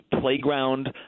playground